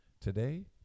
today